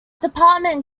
department